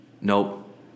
Nope